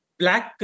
black